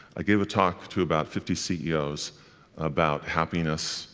i gave a talk to about fifty ceos about happiness